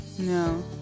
No